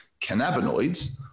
Cannabinoids